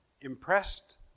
impressed